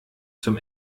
zum